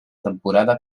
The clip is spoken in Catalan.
temporada